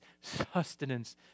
sustenance